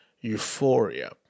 Euphoria